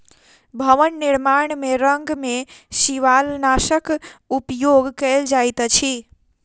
भवन निर्माण में रंग में शिवालनाशक उपयोग कयल जाइत अछि